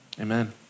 Amen